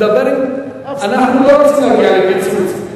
אנחנו לא רוצים להגיע לפיצוץ.